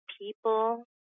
people